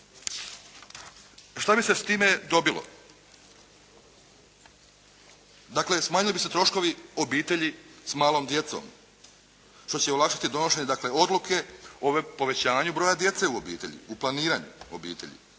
Šta bi se s time dobilo? Dakle, smanjili bi se troškovi obitelji s malom djecom što će olakšati donošenje dakle odluke povećanja broja djece u obitelji, u planiranju obitelji.